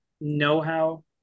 know-how